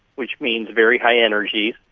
which means very high energy.